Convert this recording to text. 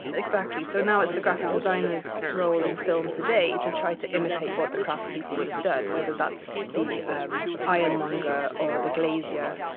exactly. so now it's the graphic designers role in film today to try to imitate what the craftspeople would've done, whether that's the um ironmonger, or the glazier,